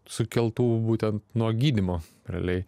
sukeltų būtent nuo gydymo realiai